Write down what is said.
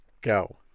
go